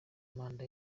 manda